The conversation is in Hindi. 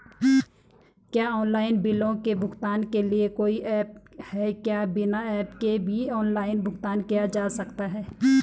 क्या ऑनलाइन बिलों के भुगतान के लिए कोई ऐप है क्या बिना ऐप के भी ऑनलाइन भुगतान किया जा सकता है?